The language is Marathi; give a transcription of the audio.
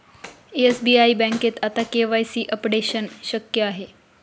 एस.बी.आई बँकेत आता के.वाय.सी अपडेशन शक्य आहे